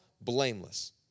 blameless